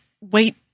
wait